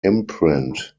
imprint